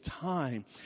time